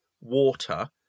water